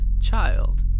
child